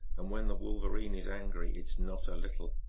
and when the wol verine is angry it is not a little.